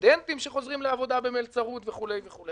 וסטודנטים שחוזרים לעבודה במלצרות וכו' וכו'.